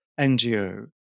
NGO